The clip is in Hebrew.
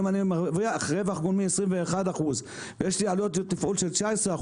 אם אני מרוויח רווח גולמי 21% ויש לי עלויות תפעול של 19%,